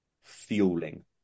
fueling